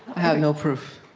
have no proof